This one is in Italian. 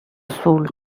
sul